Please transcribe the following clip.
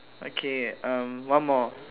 okay uh one more